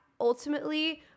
ultimately